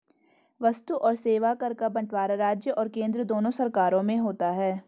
वस्तु और सेवा कर का बंटवारा राज्य और केंद्र दोनों सरकार में होता है